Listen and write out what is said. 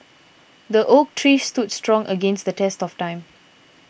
the oak tree stood strong against the test of time